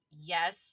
yes